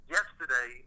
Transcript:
Yesterday